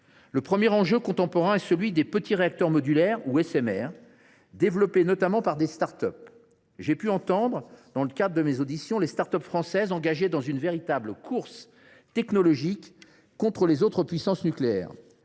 Le premier enjeu contemporain est celui des petits réacteurs modulaires, ou SMR, développés notamment par des start up. J’ai pu entendre, dans le cadre de mes auditions, les start up françaises, qui sont engagées dans une véritable course technologique contre les autres puissances nucléaires.